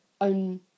own